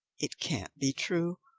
it can't be true,